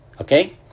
Okay